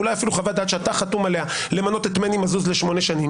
אולי אפילו חוות דעת שאתה חתום עליה למנות את מני מזוז לשמונה שנים,